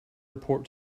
report